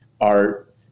art